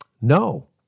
No